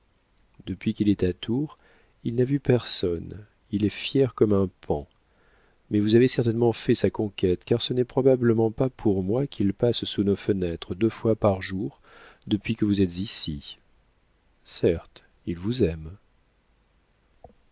cresson depuis qu'il est à tours il n'a vu personne il est fier comme un paon mais vous avez certainement fait sa conquête car ce n'est probablement pas pour moi qu'il passe sous nos fenêtres deux fois par jour depuis que vous êtes ici certes il vous aime